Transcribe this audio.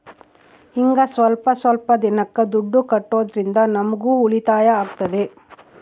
ಹಿಂಗ ಸ್ವಲ್ಪ ಸ್ವಲ್ಪ ದಿನಕ್ಕ ದುಡ್ಡು ಕಟ್ಟೋದ್ರಿಂದ ನಮ್ಗೂ ಉಳಿತಾಯ ಆಗ್ತದೆ